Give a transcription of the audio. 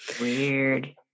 Weird